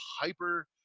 hyper